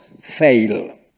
fail